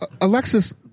Alexis